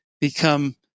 become